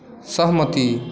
सहमति